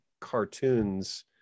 cartoons